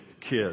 kids